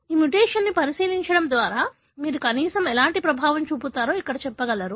ఈ మ్యుటేషన్ని పరిశీలించడం ద్వారా మీరు కనీసం ఎలాంటి ప్రభావం చూపుతారో ఇక్కడ చెప్పగలరు